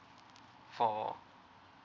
for